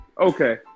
Okay